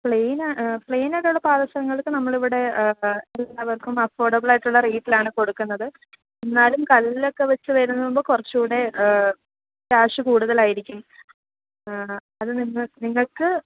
പ്ലേയിനാ പ്ലേയിനായിട്ടുള്ള പാദസരങ്ങള്ക്ക് നമ്മൾ ഇവിടെ എല്ലാവര്ക്കും അഫോഡാബിളായിട്ടുള്ള റേറ്റിലാണ് കൊടുക്കുന്നത് എന്നാലും കല്ലൊക്കെ വെച്ച് വരുന്നതാകുമ്പോൾ കുറച്ചൂടെ കാശ് കൂടുതലായിരിക്കും അത് നിങ്ങൾ നിങ്ങള്ക്ക്